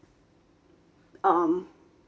um